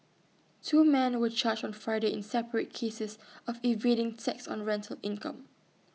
two men were charged on Friday in separate cases of evading taxes on rental income